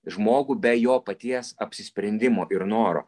žmogų be jo paties apsisprendimo ir noro